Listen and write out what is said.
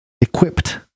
equipped